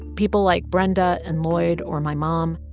people like brenda and lloyd, or my mom.